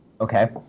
Okay